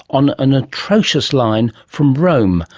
on an atrocious line from rome,